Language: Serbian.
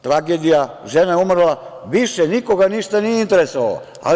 Tragedija, žena je umrla i više nikoga ništa nije interesovalo.